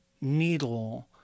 needle